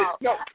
no